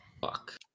Fuck